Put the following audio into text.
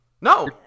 No